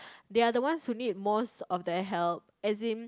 they are the ones who need most of the help as in